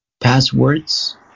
passwords